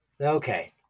Okay